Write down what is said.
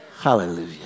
Hallelujah